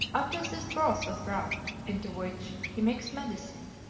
after this broth was brought, into which he mixed medicine,